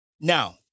Now